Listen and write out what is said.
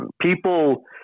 People